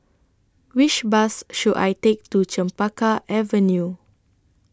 Which Bus should I Take to Chempaka Avenue